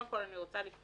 קודם כל, אני רוצה בפתיחה